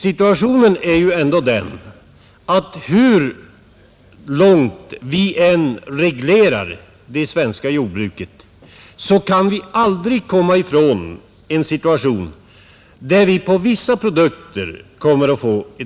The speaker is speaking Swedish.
Hur långt vi än reglerar det svenska jordbruket kan vi aldrig komma ifrån överskott på vissa produkter.